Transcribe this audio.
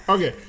Okay